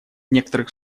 некоторых